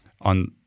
on